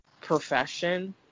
profession